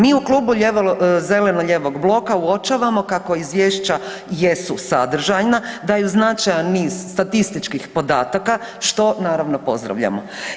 Mi u klubu zeleno-lijevog uočavamo kako izvješća jesu sadržajna, da je značajan niz statističkih podataka, što naravno pozdravljamo.